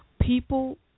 People